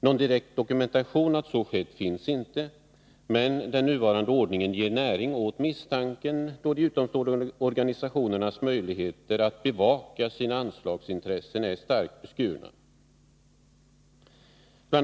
Någon direkt dokumentation om att så skett finns inte, men den nuvarande ordningen ger näring åt misstanken, då de utomstående organisationernas möjligheter att bevaka sina anslagsintressen är starkt beskurna. Bl.